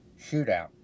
Shootout